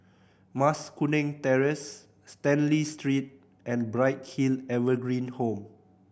Mas Kuning Terrace Stanley Street and Bright Hill Evergreen Home